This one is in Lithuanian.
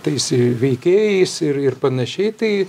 tais veikėjais ir ir panašiai tai